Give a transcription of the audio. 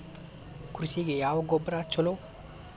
ಕೃಷಿಗ ಯಾವ ಗೊಬ್ರಾ ಛಲೋ?